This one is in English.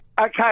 Okay